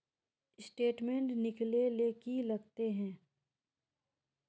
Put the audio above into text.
Statement निकले ले की लगते है?